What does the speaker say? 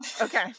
Okay